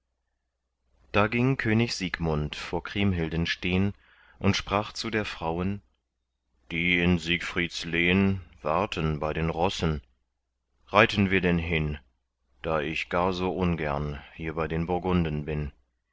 da ging könig siegmund vor kriemhilden stehn und sprach zu der frauen die in siegfrieds lehn warten bei den rossen reiten wir denn hin da ich gar so ungern hier bei den burgunden bin